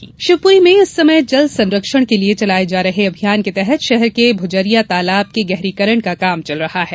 तालाब गहरीकरण शिवपुरी में इस समय जल संरक्षण के लिये चलाये जा रहे अभियान के तहत शहर के भुजरिया तालाब के गहरीकरण का काम चल रहा है